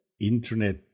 internet